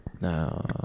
No